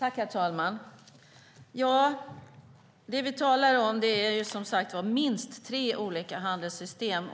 Herr talman! Det vi talar om är som sagt minst tre olika handelsystem.